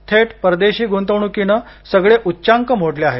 थेट परदेशी गुंतवणुकीनं सगळे उच्चांक मोडले आहेत